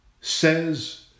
says